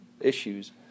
issues